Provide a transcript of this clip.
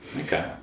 Okay